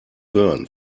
hören